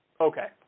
Okay